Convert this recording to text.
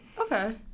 Okay